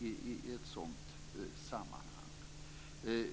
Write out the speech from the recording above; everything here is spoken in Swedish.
i ett sådant sammanhang?